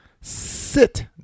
sit